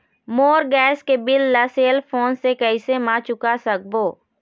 मोर gas के bill ला cell phone से कैसे म चुका सकबो?